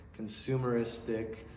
consumeristic